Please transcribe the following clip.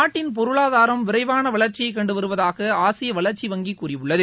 நாட்டின் பொருளாதாரம் விரைவான வளர்ச்சியை கண்டு வருவதாக ஆசிய வளர்ச்சி வங்கி கூறியுள்ளது